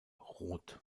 roth